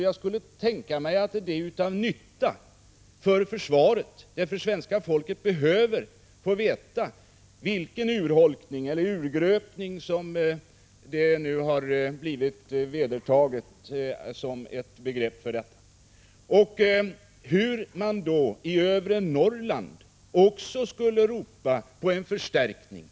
Jag skulle kunna tänka mig att det är till nytta för försvaret, för svenska folket behöver få veta vilken urholkning som skett — eller urgröpning, som nu har blivit det vedertagna begreppet. Svenskarna behöver få höra hur man i övre Norrland ropar på en förstärkning.